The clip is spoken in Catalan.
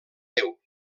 déu